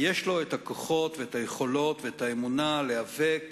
יש לו הכוחות והיכולות והאמונה להיאבק,